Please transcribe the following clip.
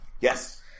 Yes